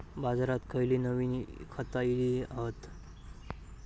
बाजारात खयली नवीन खता इली हत?